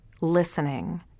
listening